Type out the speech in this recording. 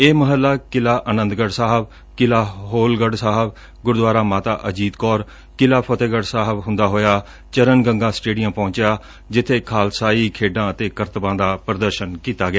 ਇਹ ਮਹੱਲਾ ਕਿਲਾ ਆਨੰਦਪੁਰ ਸਾਹਿਬ ਕਿਲਾ ਹੋਲਗੜ ਸਾਹਿਬ ਗੁਰਦੁਆਰਾ ਮਾਤਾ ਅਜੀਤ ਕੌਰ ਕਿਲਾ ਫਤਹਿਗੜ ਸਾਹਿਬ ਹੁੰਦਾ ਹੋਇਆ ਚਰਨ ਗੰਗਾ ਸਟੇਡੀਅਮ ਪਹੰਚਿਆ ਜਿੱਬੇ ਖਾਲਸਾਈ ਖੇਡਾਂ ਅਤੇ ਕਰਤੱਬਾਂ ਦਾ ਪ੍ਰਦਰਸਨ ਕੀਤਾ ਗਿਆ